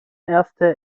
erste